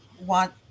want